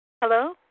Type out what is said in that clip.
Hello